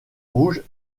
rouge